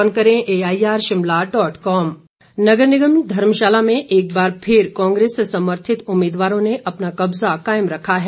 MC Dharamshala नगर निगम धर्मशाला में एक बार फिर कांग्रेस समर्थित उम्मीदवारों ने अपना कब्जा कायम रखा है